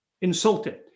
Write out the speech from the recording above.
insulted